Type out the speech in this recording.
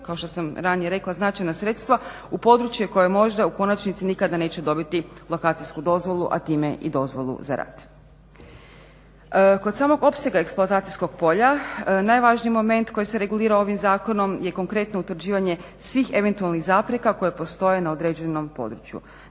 kao što sam ranije rekla značajna sredstva u područje koje možda u konačnici nikada neće dobiti lokacijsku dozvolu, a time i dozvolu za rad. Kod samog opsega eksploatacijskog polja najvažniji moment koji se regulira ovim zakonom je konkretno utvrđivanje svih eventualnih zapreka koje postoje na određenom području.